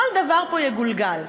כל דבר פה יגולגל.